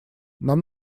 нам